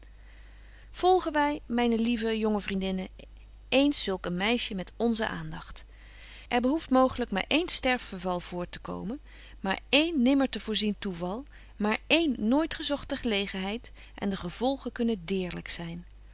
wy myne lieve jonge vriendinnen eens zulk een meisje met onzen aandagt er behoeft mooglyk maar één sterfgeval voortekomen maar één nimmer te voorzien toeval maar één nooit gezogte gelegenheid en de gevolgen kunnen deerlyk zyn